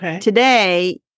today